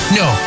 no